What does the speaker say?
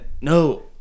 No